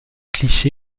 cliché